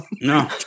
No